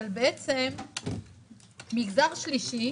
מגזר שלישי